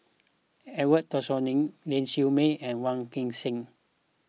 Edwin Tessensohn Ling Siew May and Wong Kan Seng